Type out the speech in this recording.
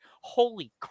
holy